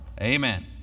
Amen